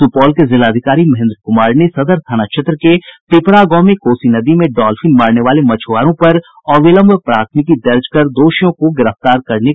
सुपौल के जिलाधिकारी महेन्द्र कुमार ने सदर थाना क्षेत्र के पिपरा गांव में कोसी नदी में डॉल्फिन मारने वाले मछुआरों पर अविलंब प्राथमिकी दर्ज कर दोषियों को गिरफ्तार करने का आदेश दिया है